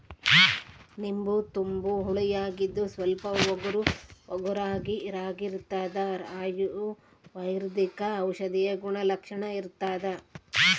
ನಿಂಬು ತುಂಬಾ ಹುಳಿಯಾಗಿದ್ದು ಸ್ವಲ್ಪ ಒಗರುಒಗರಾಗಿರಾಗಿರ್ತದ ಅಯುರ್ವೈದಿಕ ಔಷಧೀಯ ಗುಣಲಕ್ಷಣ ಇರ್ತಾದ